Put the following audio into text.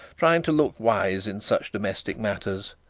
trying to look wise in such domestic matters,